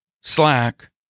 Slack